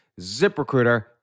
ZipRecruiter